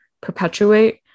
perpetuate